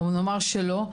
או נאמר שלא,